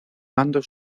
bando